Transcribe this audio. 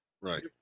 Right